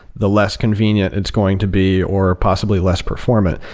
the less convenient it's going to be or possibly less performant.